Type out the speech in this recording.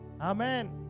Amen